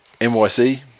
NYC